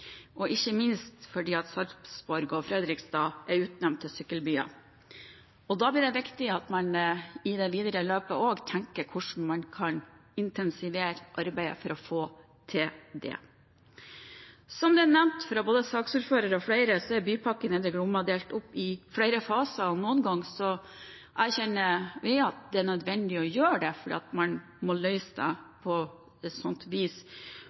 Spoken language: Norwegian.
ikke minst fordi Sarpsborg og Fredrikstad er utnevnt til sykkelbyer. Da blir det viktig at man i det videre løpet også tenker på hvordan man kan intensivere arbeidet for å få til det. Som nevnt av både saksordføreren og flere andre er Bypakke Nedre Glomma delt opp i flere faser, og noen ganger erkjenner vi at det er nødvendig fordi man må løse dette på et sånt vis.